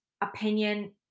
opinion